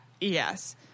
yes